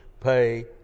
Pay